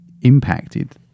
impacted